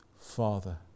Father